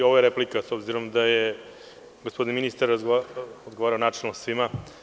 I ovo je replika, s obzirom da je gospodin ministar odgovarao načelno svima.